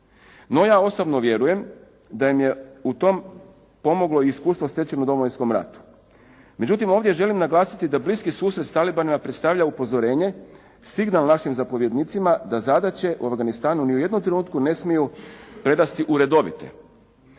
No ja osobno vjerujem da im je u tom pomoglo iskustvo stečeno u Domovinskom ratu. Međutim, ovdje želim naglasiti da bliski susret s Talibanima predstavlja upozorenje, signal našim zapovjednicima da zadaće u Afganistanu ni u jednom trenutku ne smiju prerasti u redovite.